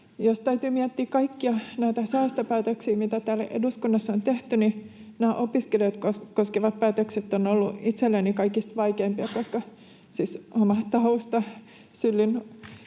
Jos täytyy miettiä kaikkia näitä säästöpäätöksiä, mitä täällä eduskunnassa on tehty, nämä opiskelijoita koskevat päätökset ovat olleet itselleni kaikista vaikeimpia, koska oma taustani on